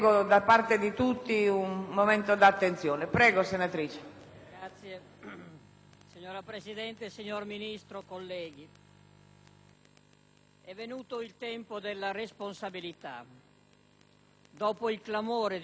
Signora Presidente, signor Ministro, onorevoli colleghi, è venuto il tempo della responsabilità dopo il clamore di questi giorni, dopo il dolore e la morte.